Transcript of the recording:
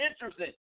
interesting